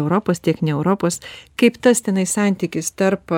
europos tiek ne europos kaip tas tenai santykis tarp